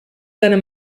seine